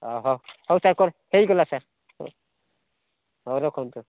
ଓଃ ହେଉ ତାଙ୍କର ହୋଇଗଲା ସାର୍ ହେଉ ରଖନ୍ତୁ ସାର୍